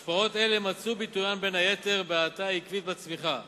השפעות אלה מצאו ביטוין בין היתר בהאטה עקבית בצמיחה.